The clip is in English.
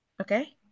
Okay